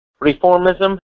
Reformism